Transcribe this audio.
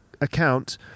account